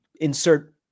insert